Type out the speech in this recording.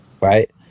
right